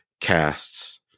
casts